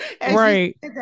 Right